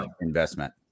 investment